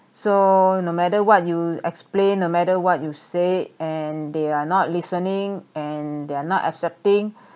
so no matter what you explain no matter what you say and they are not listening and they are not accepting